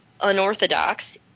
unorthodox